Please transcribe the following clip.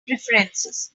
preferences